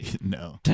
No